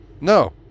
No